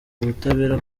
ubutabera